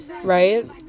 right